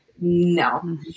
No